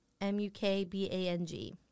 M-U-K-B-A-N-G